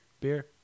beer